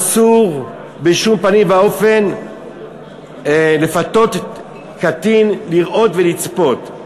אסור בשום פנים ואופן לפתות קטין לראות ולצפות.